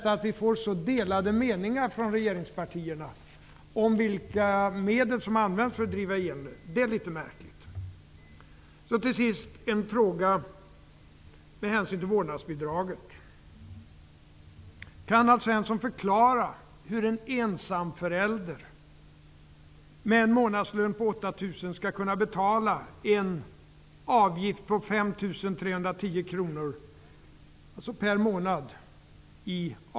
Att vi får så olika besked från regeringspartierna om vilka medel som använts för att driva igenom förslaget är litet märkligt. Svensson förklara hur en ensam förälder med en månadslön på 8 000 kr skall kunna betala en dagisavgift på 5 310 kr per månad?